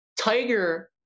Tiger